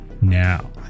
Now